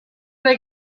they